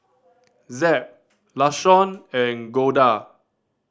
Zeb Lashawn and Golda